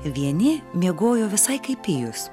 vieni miegojo visai kaip pijus